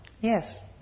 Yes